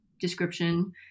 description